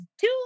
two